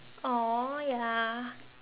!aww! ya